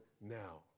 now